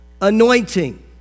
Anointing